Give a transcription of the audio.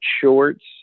shorts